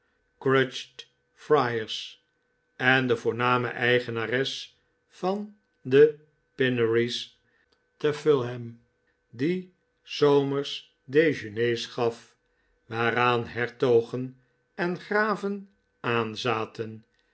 friars en de voorname eigenares van de pineries te fulham die s zomers dejeunes gaf waaraan hertogen en graven aanzaten